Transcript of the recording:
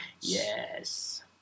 Yes